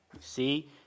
See